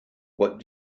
what